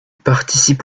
participe